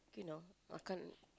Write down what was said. you know I can't